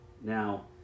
Now